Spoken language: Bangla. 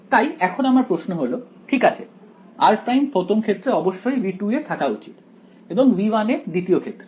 তাই এখন আমার প্রশ্ন হল ঠিক আছে r প্রাইম প্রথম ক্ষেত্রে অবশ্যই V2 এ থাকা উচিত এবং V1 এ দ্বিতীয় ক্ষেত্রে